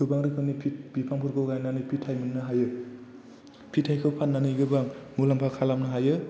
गोबां रोखोमनि बिफांफोरखौ गायनानै फिथाय मोननो हायो फिथायखौ फाननानै गोबां मुलाम्फा खालामनो हायो